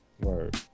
Word